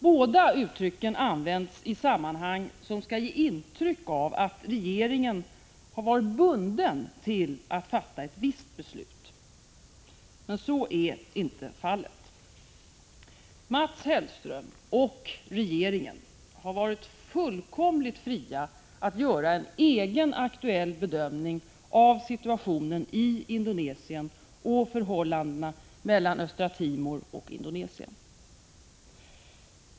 Båda len tå IEEE uttrycken används i sammanhang då man vill ge intryck av att regeringen BIS HAUSE Red KILA m.m. varit bunden till att fatta ett visst beslut. Men så är inte fallet. Mats Hellström och regeringen har varit fullkomligt fria att göra en egen Krigsmaterielexportaktuell bedömning av situationen i Indonesien och förhållandena mellan — frågor Östra Timor och Indonesien.